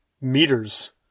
meters